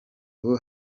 ubu